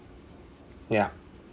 yeah